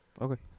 Okay